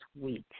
week